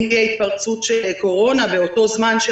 אם תהיה התפרצות של קורונה באותו זמן של